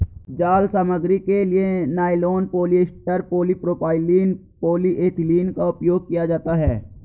जाल सामग्री के लिए नायलॉन, पॉलिएस्टर, पॉलीप्रोपाइलीन, पॉलीएथिलीन का उपयोग किया जाता है